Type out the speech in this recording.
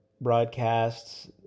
broadcasts